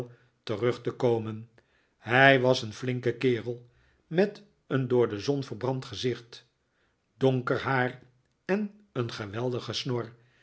terug te komen hij was een flinke kerel met een door de zon verbrand gezicht donker haar en een geweldige snor